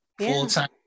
full-time